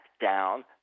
down